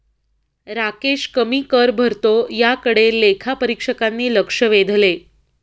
राकेश कमी कर भरतो याकडे लेखापरीक्षकांनी लक्ष वेधले